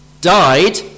died